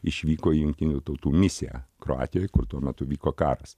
išvyko į jungtinių tautų misiją kroatijoj kur tuo metu vyko karas